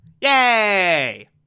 Yay